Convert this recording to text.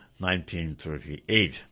1938